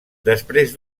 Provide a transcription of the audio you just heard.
després